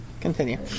Continue